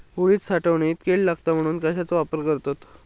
उडीद साठवणीत कीड लागात म्हणून कश्याचो वापर करतत?